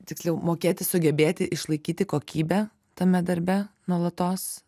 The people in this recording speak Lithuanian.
tiksliau mokėti sugebėti išlaikyti kokybę tame darbe nuolatos